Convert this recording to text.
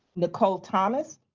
nicole thomas,